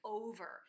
over